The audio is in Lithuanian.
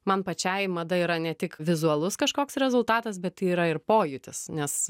man pačiai mada yra ne tik vizualus kažkoks rezultatas bet yra ir pojūtis nes